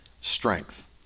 strength